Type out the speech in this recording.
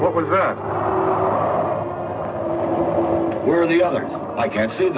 what was the were the other i can't see